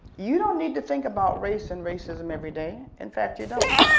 you don't need to think about race and racism every day, in fact you don't.